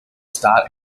star